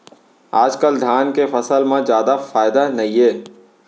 आजकाल धान के फसल म जादा फायदा नइये